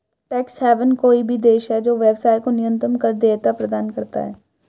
tax haven कोई भी देश है जो व्यवसाय को न्यूनतम कर देयता प्रदान करता है